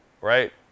right